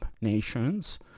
nations